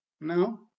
No